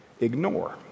ignore